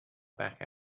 back